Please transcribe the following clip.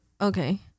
Okay